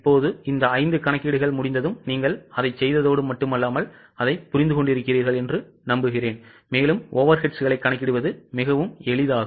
இப்போது இந்த 5 கணக்கீடுகள் முடிந்ததும் நீங்கள் அதைச் செய்ததோடு மட்டுமல்லாமல் அதைப் புரிந்து கொண்டீர்கள் overheadsகளைக் கணக்கிடுவது மிகவும் எளிது